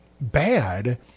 bad